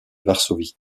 varsovie